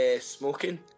smoking